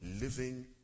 living